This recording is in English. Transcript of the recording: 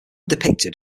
depicted